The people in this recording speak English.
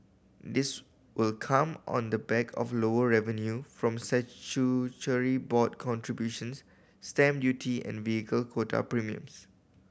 this will come on the back of lower revenue from statutory board contributions stamp duty and vehicle quota premiums